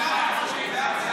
חברי כנסת יצביעו בעד, זה